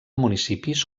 municipis